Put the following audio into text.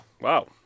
Wow